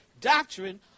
doctrine